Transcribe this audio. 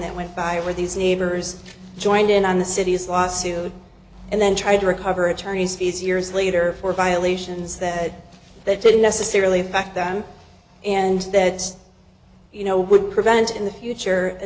that went by where these neighbors joined in on the city's lawsuit and then tried to recover attorney's fees years later for violations that they didn't necessarily back them and that you know would prevent in the future a